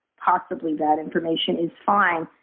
possibly bad information is fine.